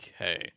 Okay